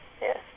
yes